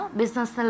business